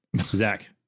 zach